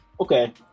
okay